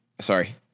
sorry